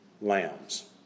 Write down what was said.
Lambs